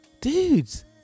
dude's